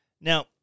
Now